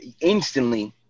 instantly